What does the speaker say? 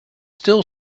still